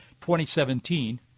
2017